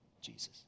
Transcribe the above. Jesus